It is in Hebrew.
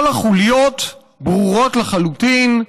כל החוליות ברורות לחלוטין.